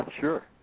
Sure